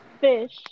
Fish